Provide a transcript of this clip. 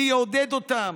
מי יעודד אותם?